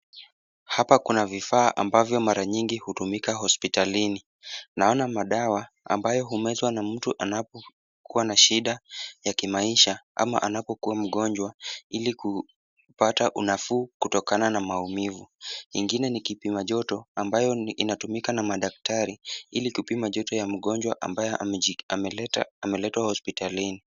Hapa kuna vifaa ambavyo mara nyingi hutumika hospitalini. Naona madawa ambayo humezwa na mtu anapokuwa na shida ya kimaisha au anapokuwa mgonjwa, ili kupata unafuu kutokana na maumivu. Ingine ni kupima joto ambayo inatumika na madaktari ili kupima joto ya mgonjwa ambaye ameletwa hospitalini.